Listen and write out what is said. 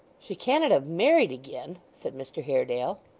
she cannot have married again said mr haredale.